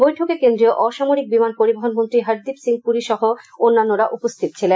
বৈঠকে কেন্দ্রীয় অসামরিক বিমান পরিবহনমন্ত্রী হরদ্বীপ সিং পুরী সহ অন্যান্যরা উপস্হিত ছিলেন